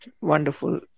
Wonderful